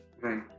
Right